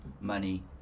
money